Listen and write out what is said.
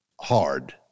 hard